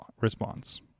response